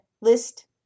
list